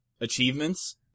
achievements